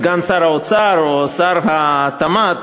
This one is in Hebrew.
סגן שר האוצר או שר התמ"ת,